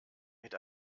mit